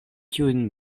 kiujn